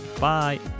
Bye